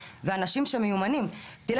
יש דברים שאתם עושים כי זו